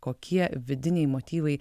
kokie vidiniai motyvai